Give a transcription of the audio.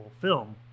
film